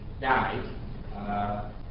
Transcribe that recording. died